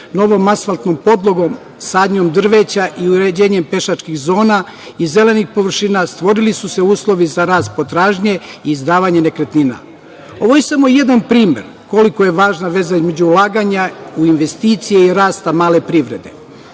novom asfaltnom podlogom, sadnjom drveća i uređenjem pešačkih zona i zelenih površina stvorili su se uslovi za rast potražnje i izdavanje nekretnina. Ovo je samo jedan primer koliko je važna veza između ulaganja u investicije i rasta male privrede.